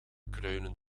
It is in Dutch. kruinen